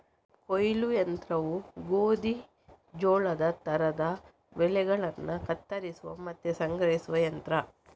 ಕೊಯ್ಲು ಯಂತ್ರವು ಗೋಧಿ, ಜೋಳದ ತರದ ಬೆಳೆಗಳನ್ನ ಕತ್ತರಿಸುವ ಮತ್ತೆ ಸಂಗ್ರಹಿಸುವ ಯಂತ್ರ